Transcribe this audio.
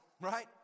right